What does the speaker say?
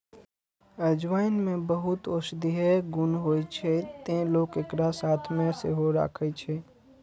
अजवाइन मे बहुत औषधीय गुण होइ छै, तें लोक एकरा साथ मे सेहो राखै छै